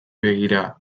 begira